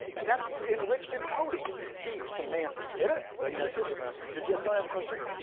and that's enriched encoding, is deep semantic. get it? the united states of america. did yeah someone have a question?